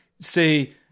say